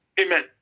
amen